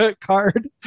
Card